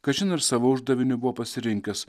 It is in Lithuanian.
kažin ir savo uždaviniu buvo pasirinkęs